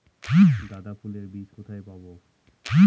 গাঁদা ফুলের বীজ কোথায় পাবো?